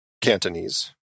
Cantonese